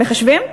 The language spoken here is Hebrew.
אתם מחשבים?